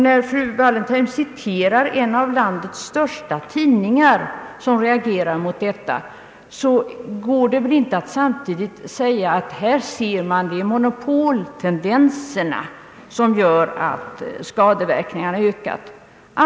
När fru Wallentheim citerar en av landets största tidningar, som reagerar mot missbruk, går det väl inte att samtidigt säga: Här ser man att det är monopoltendenserna som gör att skadeverkningarna ökar.